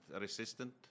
resistant